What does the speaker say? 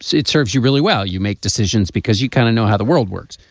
it serves you really well you make decisions because you kind of know how the world works.